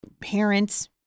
parents